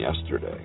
yesterday